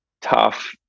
tough